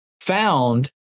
found